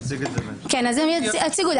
הם יציגו.